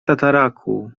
tataraku